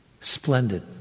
splendid